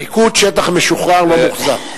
בליכוד, שטח משוחרר לא מוחזר.